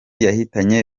yahitanye